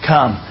Come